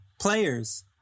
players